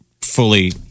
fully